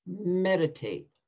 Meditate